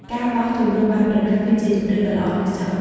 ការបោះជំរំបែបប្រណីត គឺជាជម្រើសដ៏ល្អឥតខ្ចោះ។